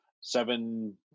seven